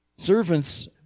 Servants